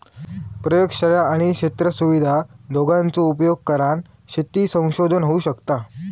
प्रयोगशाळा आणि क्षेत्र सुविधा दोघांचो उपयोग करान शेती संशोधन होऊ शकता